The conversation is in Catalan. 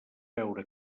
veure